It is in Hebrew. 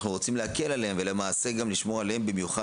אנחנו רוצים להקל עליהם וגם לשמור עליהם במיוחד